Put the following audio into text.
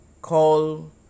Call